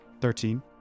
Thirteen